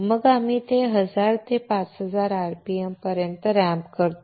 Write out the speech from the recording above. मग आम्ही ते 1000 ते 5000 rpm पर्यंत रॅम्प करतो